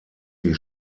die